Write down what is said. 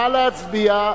נא להצביע.